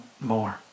more